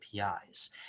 APIs